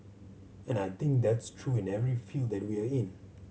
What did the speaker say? and I think that's true in every field that we are in